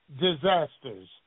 disasters